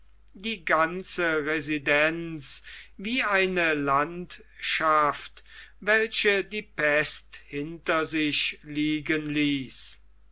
die ganze residenz wie eine landschaft welche die pest hinter sich liegen ließ